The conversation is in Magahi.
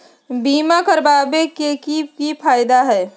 बीमा करबाबे के कि कि फायदा हई?